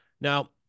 Now